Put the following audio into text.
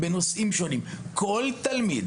כל תלמיד